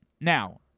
Now